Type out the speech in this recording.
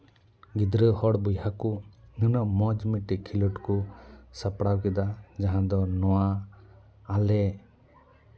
ᱜᱤᱫᱽᱨᱟᱹ ᱦᱚᱲ ᱵᱚᱭᱦᱟ ᱠᱚ ᱱᱤᱱᱟᱹᱜ ᱢᱚᱡᱽ ᱢᱤᱫᱴᱮᱱ ᱠᱷᱮᱞᱳᱰ ᱠᱚ ᱥᱟᱯᱲᱟᱣ ᱠᱮᱫᱟ ᱡᱟᱦᱟᱸ ᱫᱚ ᱱᱚᱣᱟ ᱟᱞᱮ